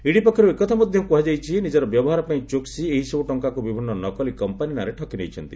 ED ପକ୍ଷରୁ ଏକଥା ମଧ୍ୟ କୁହାଯାଇଛି ନିଜର ବ୍ୟବହାର ପାଇଁ ଚୋକ୍ନି ଏହିସବୁ ଟଙ୍କାକୁ ବିଭିନ୍ନ ନକଲି କମ୍ପାନୀ ନାଁରେ ଠକି ନେଇଛନ୍ତି